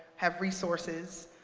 have resources,